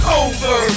over